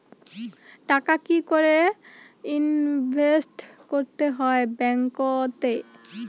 টাকা কি করে ইনভেস্ট করতে হয় ব্যাংক এ?